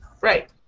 Right